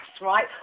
right